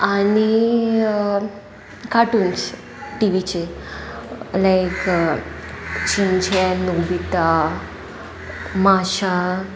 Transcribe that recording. आनी कार्टूनस टिवीचे लायक झिंछे नोबिता माशा